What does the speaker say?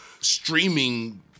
streaming